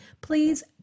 please